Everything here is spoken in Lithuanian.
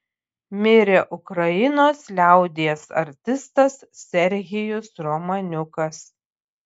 mirė ukrainos liaudies artistas serhijus romaniukas